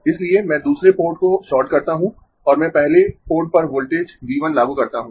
इसलिए मैं दूसरे पोर्ट को शॉर्ट करता हूं और मैं पहले पोर्ट पर वोल्टेज V 1 लागू करता हूं